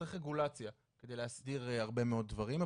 צריך רגולציה על מנת להסדיר הרבה מאוד דברים,